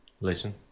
listen